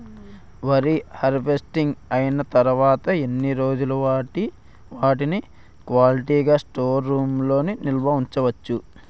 వరి హార్వెస్టింగ్ అయినా తరువత ఎన్ని రోజులు వాటిని క్వాలిటీ గ స్టోర్ రూమ్ లొ నిల్వ ఉంచ వచ్చు?